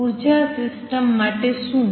ઉર્જા સિસ્ટમ માટે શું